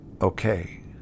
okay